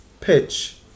pitch